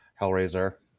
hellraiser